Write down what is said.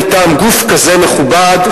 מטעם גוף כזה מכובד,